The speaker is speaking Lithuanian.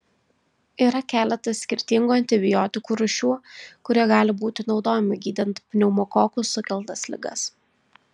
yra keletas skirtingų antibiotikų rūšių kurie gali būti naudojami gydant pneumokokų sukeltas ligas